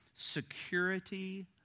security